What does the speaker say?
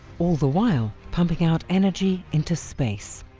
all the while pumping out energy into space.